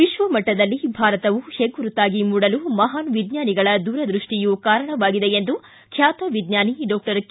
ವಿಶ್ವ ಮಟ್ಟದಲ್ಲಿ ಭಾರತವು ಹೆಗ್ಗುರುತಾಗಿ ಮೂಡಲು ಮಹಾನ್ ವಿಜ್ಞಾನಿಗಳ ದೂರದೃಷ್ಟಿಯೂ ಕಾರಣವಾಗಿದೆ ಎಂದು ಖ್ಯಾತ ವಿಜ್ಞಾನಿ ಡಾಕ್ಟರ್ ಕೆ